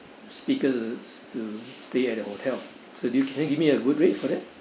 speakers to stay at the hotel so do you can you give me a good rate for that